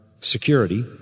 security